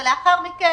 ולאחר מכן,